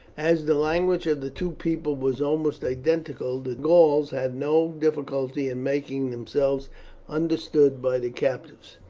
as the language of the two peoples was almost identical, the gauls had no difficulty in making themselves understood by the captives,